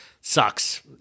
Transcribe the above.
sucks